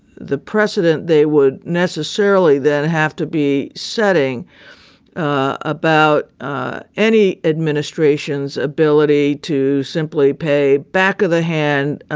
the precedent they would necessarily that have to be setting about ah any administration's ability to simply pay back of the hand